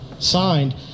Signed